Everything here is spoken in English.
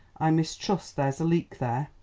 i mistrust there's a leak there.